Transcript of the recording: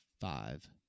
five